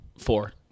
Four